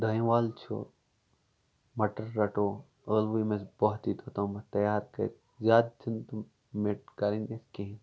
دانہ ول چھُ مَٹر رَٹو ٲلوٕ یِم اَسہِ باہ دِتھ اوتامَتھ تیار کٔر زیادٕ چھنہِ تِم میٔٹۍ کَرٕن اَسہِ کہینٛہ